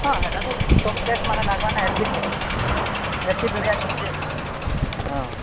ହଁ ହେଟା ତ ସବୁ ଟେକ୍ସ ମାନେ ଲାଗ୍ବା ନା ଏଚସି ଏଚସି ଧରିଆ ଯଉଚ ହଁ